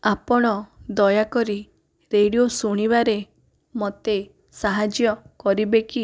ଆପଣ ଦୟାକରି ରେଡିଓ ଶୁଣିବାରେ ମୋତେ ସାହାଯ୍ୟ କରିବେ କି